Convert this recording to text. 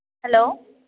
hello